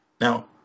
now